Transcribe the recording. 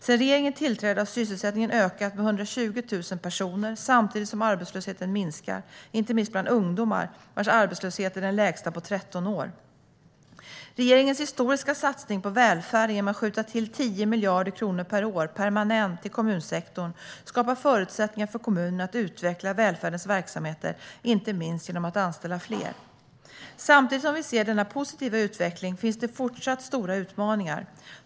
Sedan regeringen tillträdde har sysselsättningen ökat med 120 000 personer samtidigt som arbetslösheten minskar, inte minst bland ungdomar, vilkas arbetslöshet är den lägsta på 13 år. Regeringens historiska satsning på välfärden genom att skjuta till 10 miljarder kronor per år permanent till kommunsektorn skapar förutsättningar för kommunerna att utveckla välfärdens verksamheter, inte minst genom att anställa fler. Samtidigt som vi ser denna positiva utveckling finns det fortsatt stora utmaningar.